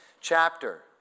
chapter